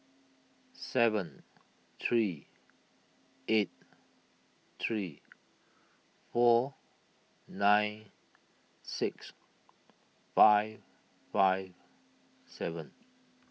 seven three eight three four nine six five five seven